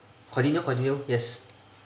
continue continue yes